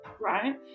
right